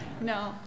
No